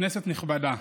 כנסת נכבדה,